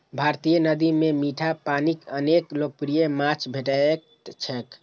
भारतीय नदी मे मीठा पानिक अनेक लोकप्रिय माछ भेटैत छैक